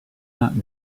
not